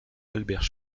albert